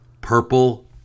purple